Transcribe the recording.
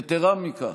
יתרה מזו,